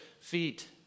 feet